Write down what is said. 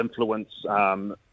influence